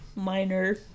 minor